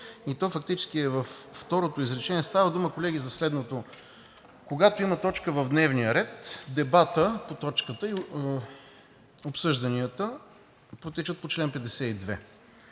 и то фактически е във второто изречение. Става дума, колеги, за следното: когато има точка в дневния ред, дебатът по точката и обсъжданията протичат по чл. 52.